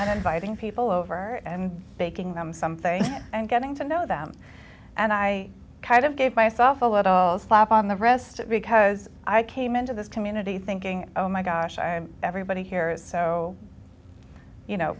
and inviting people over and making them something and getting to know them and i kind of gave myself a little slap on the wrist because i came into this community thinking oh my gosh i everybody here is so you know